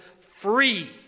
free